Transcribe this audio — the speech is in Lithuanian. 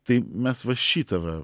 tai mes va šitą va